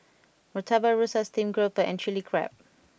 Murtabak Rusa Steamed Grouper and Chili Crab